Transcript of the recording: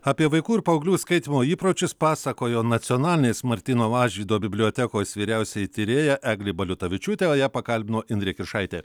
apie vaikų ir paauglių skaitymo įpročius pasakojo nacionalinės martyno mažvydo bibliotekos vyriausioji tyrėja eglė baliutavičiūtė o ją pakalbino indrė kiršaitė